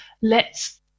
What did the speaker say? lets